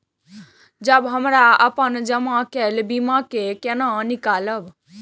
जब हमरा अपन जमा केल बीमा के केना निकालब?